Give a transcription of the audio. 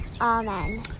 Amen